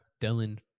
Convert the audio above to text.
Dylan